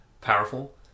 powerful